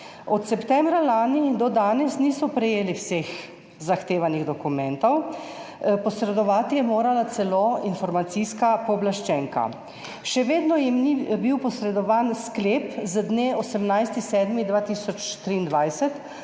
Od septembra lani do danes niso prejeli vseh zahtevanih dokumentov, posredovati je morala celo informacijska pooblaščenka. Še vedno jim ni bil posredovan sklep z dne 18. 7. 2023